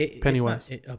Pennywise